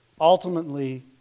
ultimately